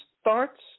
starts